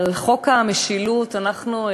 על חוק המשילות אנחנו,